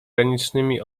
ganicznymi